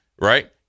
right